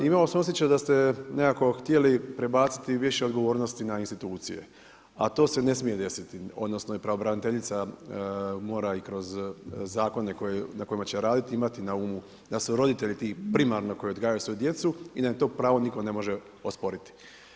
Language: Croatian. Imao sam osjećaj da ste nekako htjeli prebaciti više odgovornosti na institucije a to se ne smije desiti odnosno i pravobraniteljica mora i kroz zakone na kojima će raditi, imati na umu da su roditelji ti koji primarno odgajaju svoju djecu i da im to pravo nitko ne može osporiti.